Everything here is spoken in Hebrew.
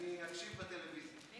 אני אקשיב בטלוויזיה.